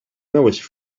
meues